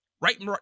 Right